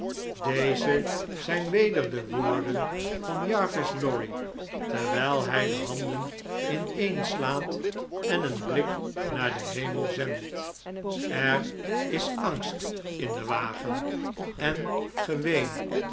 deze zijn weder de woorden van jarvis lorry terwijl hjj de handenineenslaateneenbliknaar den hemel zendt er is angst in den wagen en geweed